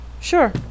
sure